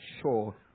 sure